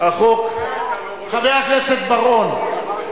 חבר הכנסת בר-און.